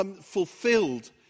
fulfilled